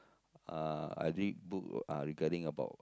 uh I read book uh regarding about